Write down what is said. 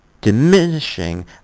diminishing